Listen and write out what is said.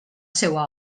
seua